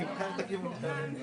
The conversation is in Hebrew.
ובמגפה יש יותר סיכוי להידבקות.